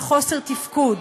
של חוסר תפקוד.